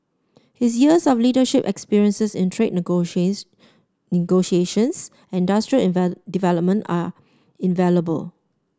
his years of leadership experience in trade negotiations negotiations industrial invent development are invaluable